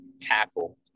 tackle